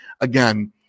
Again